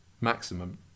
maximum